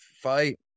fight